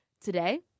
today